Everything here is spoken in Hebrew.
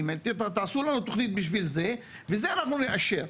שנעשה להם תוכנית בשביל זה ואת זה הם יאשרו.